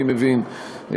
אני מבין,